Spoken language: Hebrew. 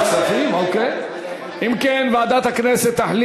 אם כן, הצעת החוק